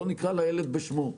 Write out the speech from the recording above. בוא נקרא לילד בשמו.